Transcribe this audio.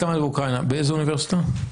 באיזו אוניברסיטה?